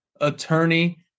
attorney